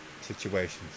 situations